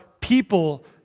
people